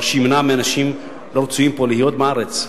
דבר שימנע מאנשים לא רצויים להיות פה בארץ.